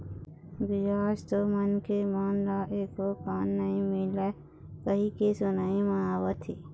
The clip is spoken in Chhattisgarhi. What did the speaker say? बियाज तो मनखे मन ल एको कन नइ मिलय कहिके सुनई म आवत हे